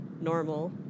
normal